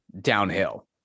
downhill